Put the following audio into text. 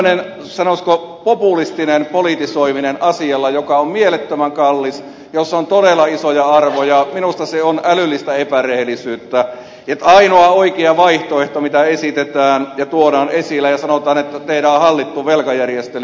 tämmöinen sanoisiko populistinen politisoiminen asialla joka on mielettömän kallis jossa on todella isoja arvoja minusta on älyllistä epärehellisyyttä se että ainoa oikea vaihtoehto mitä esitetään ja tuodaan esille on se että sanotaan että tehdään hallittu velkajärjestely